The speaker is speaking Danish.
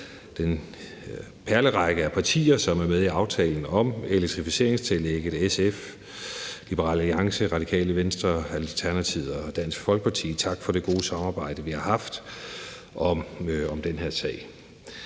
den perlerække af partier, som er med i aftalen om elektrificeringstillægget: SF, Liberal Alliance, Radikale Venstre, Alternativet og Dansk Folkeparti. Tak for det gode samarbejde, vi har haft om den her sag.